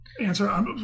answer